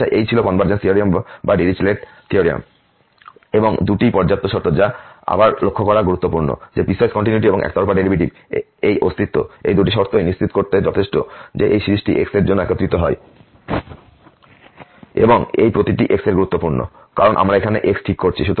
আচ্ছা এই ছিল কনভারজেন্স থিওরেম বা ডিরিচলেট থিওরেম এবং এই দুটিই পর্যাপ্ত শর্ত যা আবার লক্ষ্য করা গুরুত্বপূর্ণ যে পিসওয়াইস কন্টিনিউয়িটি এবং একতরফা ডেরিভেটিভের এই অস্তিত্ব এই দুটি শর্তই নিশ্চিত করতে যথেষ্ট যে এই সিরিজ প্রতিটি x এর জন্য একত্রিত হয় এবং এই প্রতিটি x গুরুত্বপূর্ণ কারণ আমরা এখানে x ঠিক করছি